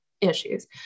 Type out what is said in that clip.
issues